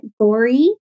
gory